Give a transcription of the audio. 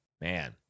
Man